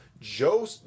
Joe